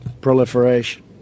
proliferation